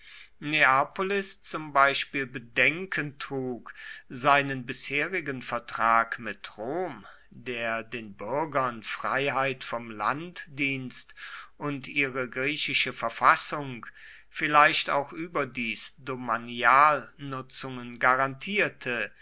neapolis zum beispiel bedenken trug seinen bisherigen vertrag mit rom der den bürgern freiheit vom landdienst und ihre griechische verfassung vielleicht auch überdies domanialnutzungen garantierte